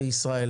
ויש רבות